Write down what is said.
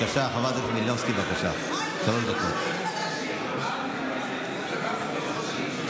חברת הכנסת מלינובסקי, בבקשה, שלוש דקות.